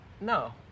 No